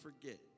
forget